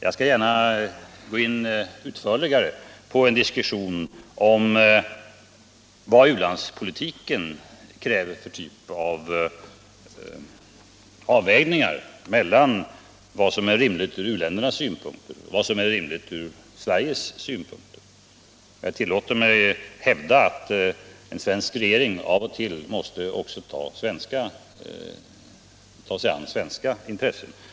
Jag skall gärna gå in utförligare på en diskussion om vad u-landspolitiken kräver för typ av avvägningar mellan vad som är rimligt från u-ländernas synpunkter och vad som är rimligt från Sveriges synpunkt. Jag tillåter mig hävda att en svensk regering, av och till, också måste ta sig an svenska intressen.